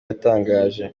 yatangaje